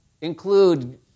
include